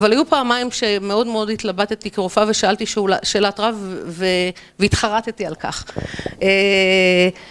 אבל היו פעמיים שמאוד מאוד התלבטתי כרופאה ושאלתי שאלת רב והתחרטתי על כך.